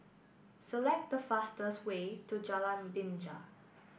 select the fastest way to Jalan Binja